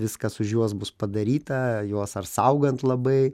viskas už juos bus padaryta juos ar saugant labai